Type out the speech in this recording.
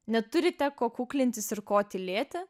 neturite ko kuklintis ir ko tylėti